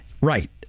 Right